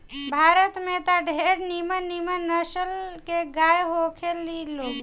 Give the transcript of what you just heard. भारत में त ढेरे निमन निमन नसल के गाय होखे ली लोग